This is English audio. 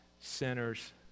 sinners